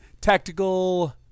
Tactical